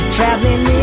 Traveling